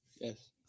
Yes